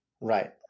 right